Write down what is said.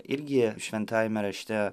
irgi šventajame rašte